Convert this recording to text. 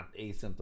asymptomatic